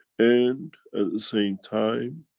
and at the same time,